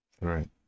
right